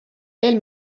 veel